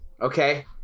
okay